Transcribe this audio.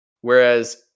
whereas